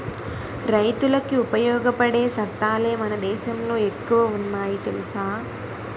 రైతులకి ఉపయోగపడే సట్టాలే మన దేశంలో ఎక్కువ ఉన్నాయి తెలుసా